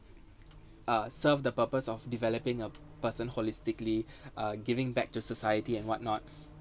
uh serve the purpose of developing a person holistically uh giving back to society and what not